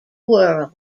world